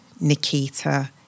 Nikita